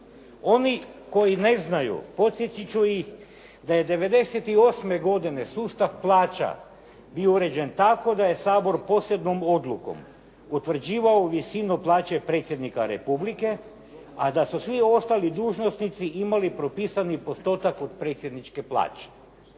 Oni koji ne znaju podsjetit ću ih da je '98. godine sustav plaća bio uređen tako da je Sabor posebnom odlukom utvrđivao visinu plaće predsjednika Republike, a da su svi ostali dužnosnici imali propisani postotak od predsjedničke plaće.